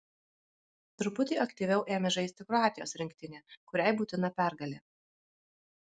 truputį aktyviau ėmė žaisti kroatijos rinktinė kuriai būtina pergalė